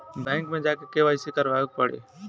Bank मे जा के के.वाइ.सी करबाबे के पड़ी?